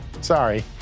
sorry